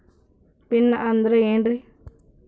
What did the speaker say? Pin ಅಂದ್ರೆ ಏನ್ರಿ?